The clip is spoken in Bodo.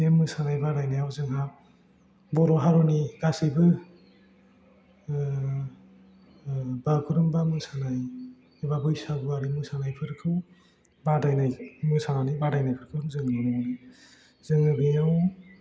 बे मोसानाय बादायनायाव जोंहा बर' हारिनि गासैबो बागुरुमबा मोसानाय एबा बैसागु आरि मोसानायफोरखौ बादायनाय मोसानानै बादायनायफोरखौ जों नुनो मोनो जोङो बेयाव